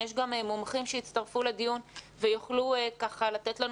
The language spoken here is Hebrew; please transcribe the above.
יש גם מומחים שיצטרפו לדיון ויוכלו לתת לנו